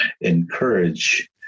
encourage